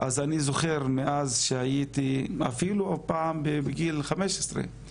אז אני זוכר מאז שהייתי אפילו בגיל 15,